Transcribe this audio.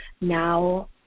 now